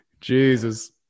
Jesus